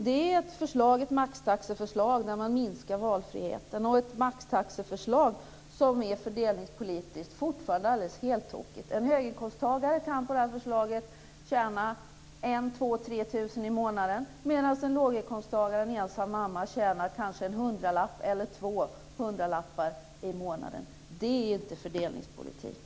Det är ett maxtaxeförslag som innebär att man minskar valfriheten, ett maxtaxeförslag som fördelningspolitiskt fortfarande är heltokigt. En höginkomsttagare kan med det här förslaget tjäna 1 000, 2 000 eller 3 000 kr i månaden medan en låginkomsttagare, t.ex. en ensam mamma, kanske tjänar en hundralapp eller två i månaden. Det är inte fördelningspolitik!